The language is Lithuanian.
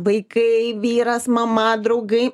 vaikai vyras mama draugai